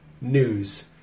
news